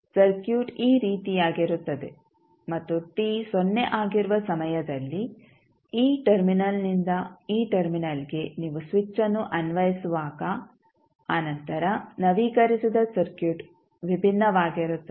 ಆದ್ದರಿಂದ ಸರ್ಕ್ಯೂಟ್ ಈ ರೀತಿಯಾಗಿರುತ್ತದೆ ಮತ್ತು t ಸೊನ್ನೆ ಆಗಿರುವ ಸಮಯದಲ್ಲಿ ಈ ಟರ್ಮಿನಲ್ನಿಂದ ಈ ಟರ್ಮಿನಲ್ಗೆ ನೀವು ಸ್ವಿಚ್ಅನ್ನು ಅನ್ವಯಿಸುವಾಗ ಆ ನಂತರ ನವೀಕರಿಸಿದ ಸರ್ಕ್ಯೂಟ್ ವಿಭಿನ್ನವಾಗಿರುತ್ತದೆ